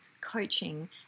coaching